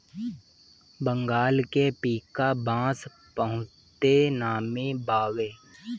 बंगाल के पीका बांस बहुते नामी बावे